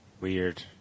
weird